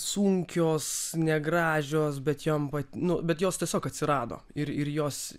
sunkios negražios bet jom vat nu bet jos tiesiog atsirado ir ir jos